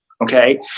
Okay